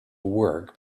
work